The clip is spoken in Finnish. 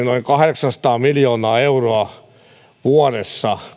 noin kahdeksansataa miljoonaa euroa vuodessa